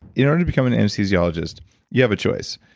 in order to become an anesthesiologist you have a choice.